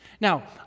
Now